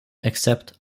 except